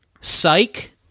Psych